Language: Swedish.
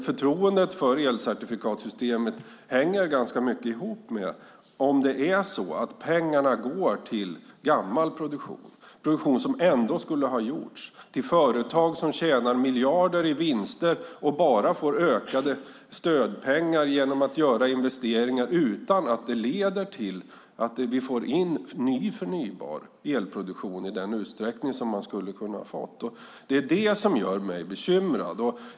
Förtroendet för elcertifikatssystemet hänger ganska mycket ihop med om det är så att pengarna går till gammal produktion som ändå skulle ha gjorts och till företag som tjänar miljarder i vinster och bara får ökade stödpengar utan att det leder att vi får in ny förnybar elproduktion i den utsträckning som man hade kunnat få. Det är vad som gör mig bekymrad.